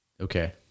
Okay